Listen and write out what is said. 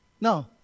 No